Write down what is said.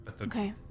Okay